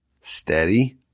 steady